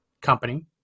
company